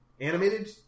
animated